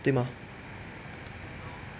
对 mah